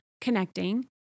connecting